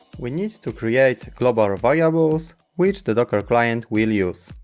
we need to create global variables which the docker client will use.